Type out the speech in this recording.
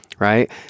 Right